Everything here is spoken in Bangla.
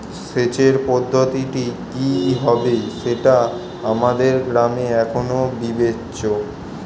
সেচের পদ্ধতিটি কি হবে সেটা আমাদের গ্রামে এখনো বিবেচ্য